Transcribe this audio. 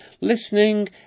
listening